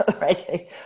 right